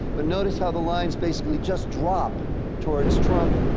but notice how the lines basically just drop towards trump,